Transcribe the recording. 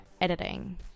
editing